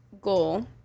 goal